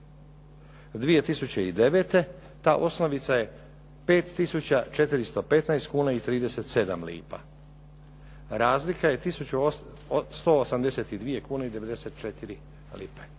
2009. ta osnovica je 5 tisuće 415 kuna i 37 lipa. Razlika je tisuću 182 kune i 94 lipe.